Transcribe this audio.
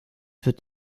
wird